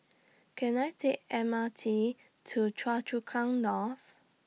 Can I Take M R T to Choa Chu Kang North